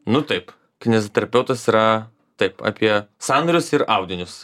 nu taip kineziterapeutas yra taip apie sąnarius ir audinius